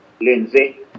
Lindsay